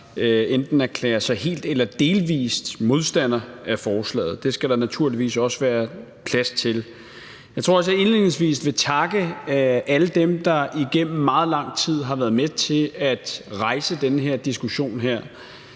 enten erklærer sig som helt eller delvis modstander af forslaget. Det skal der naturligvis også være plads til. Jeg tror også, at jeg indledningsvis vil takke alle dem, der igennem meget lang tid har været med til at rejse den her diskussion.